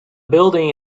building